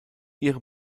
ihre